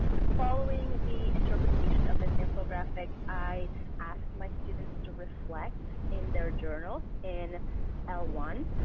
following the interpretation of this infographic, i asked my students to reflect in their journals in l one.